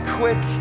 quick